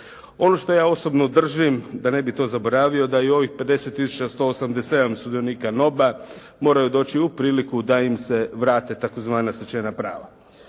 Ono što ja osobno držim da ne bih to zaboravio da i ovih 50187 sudionika NOB-a moraju doći u priliku da im se vrate tzv. stečena prava.